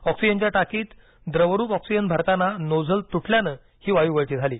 ऑक्सिजनच्या टाकीत द्रवरूप ऑक्सिजन भरताना नोझल तुटल्याने ही वायू गळती झाली